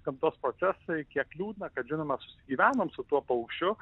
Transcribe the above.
gamtos procesai kiek liūdna kad žinoma gyvenam su tuo paukščiu